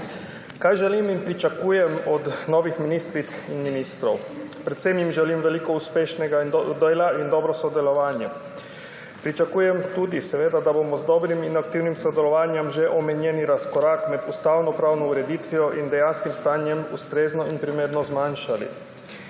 Kaj želim in pričakujem od novih ministric in ministrov? Predvsem jim želim veliko uspešnega dela in dobro sodelovanje. Pričakujem tudi, da bomo z dobrim in aktivnim sodelovanjem že omenjeni razkorak med ustavnopravno ureditvijo in dejanskim stanjem ustrezno in primerno zmanjšali.